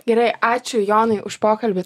gerai ačiū jonai už pokalbį